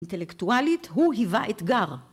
אינטלקטואלית הוא היווה אתגר.